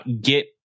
get